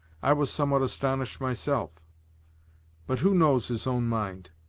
i was somewhat astonished myself but who knows his own mind?